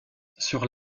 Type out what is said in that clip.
sur